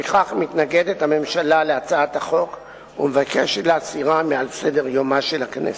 לפיכך מתנגדת הממשלה להצעת החוק ומבקשת להסירה מעל סדר-יומה של הכנסת.